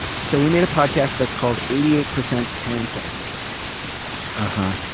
so we made a podcast that's called eighty eight percent parentheticals ah huh.